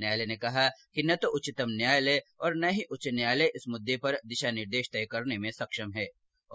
न्यायालय ने कहा कि न तो उच्चतम न्यायालय और न ही उच्च न्यायालय इस मुद्दे पर दिशा निर्देश तय करने में सक्षम है